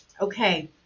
okay